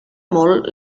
molt